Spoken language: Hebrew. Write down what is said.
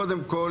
קודם כל,